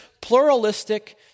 pluralistic